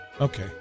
Okay